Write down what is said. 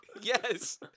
Yes